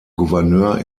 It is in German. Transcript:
gouverneur